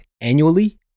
annually